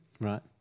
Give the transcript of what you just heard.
Right